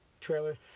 trailer